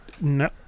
No